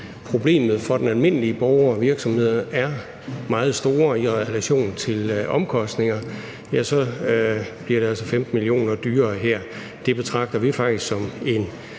problemerne for den almindelige borger og virksomhed er meget store i relation til omkostninger – det bliver så altså 15 mio. kr. dyrere her. Det betragter vi faktisk som en